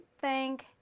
thank